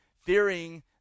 fearing